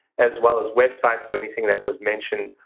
as well as websites for anything that was mentioned,